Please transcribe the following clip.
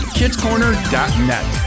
kidscorner.net